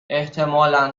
احتمالا